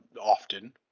often